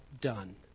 done